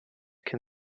can